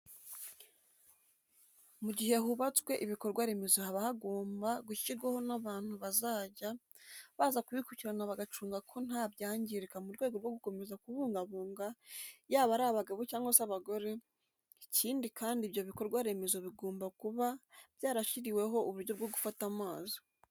Mu gihe hubatswe ibikorwa remezo haba hagombwa gushyirwaho n'abantu bazajya baza kubikurikirana bagacunga ko ntabyangirika mu rwego rwo gukomeza kubibungabunga yaba ari abagabo cyangwa se abagore, ikindi kandi ibyo bikorwa remezo bigomba kuba byarashyiriweho uburyo bwo gufata amazi.